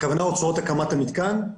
הכוונה הוצאות הקמת המתקן?